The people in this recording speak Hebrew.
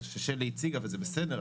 שלי הציגה וזה בסדר,